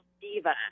diva